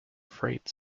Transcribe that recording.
freight